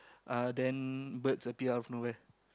uh then birds appear out of nowhere